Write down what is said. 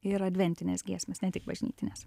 ir adventinės giesmės ne tik bažnytinės